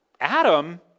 Adam